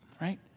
right